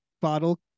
bottle